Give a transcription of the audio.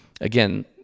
again